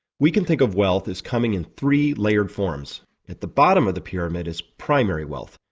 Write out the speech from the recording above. we can think of wealth as coming in three layered forms at the bottom of the pyramid is primary wealth,